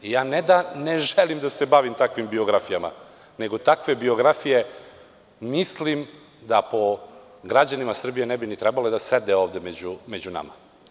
Ja, ne da, ne želim da se bavim takvim biografijama, nego takve biografije, mislim da po građanima Srbije ne bi trebalo ni da sede ovde među nama.